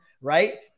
right